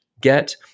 get